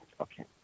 Okay